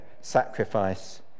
sacrifice